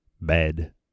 bed